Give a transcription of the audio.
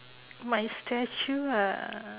my statue ah